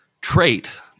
trait